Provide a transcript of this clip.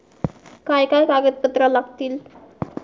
काय काय कागदपत्रा लागतील?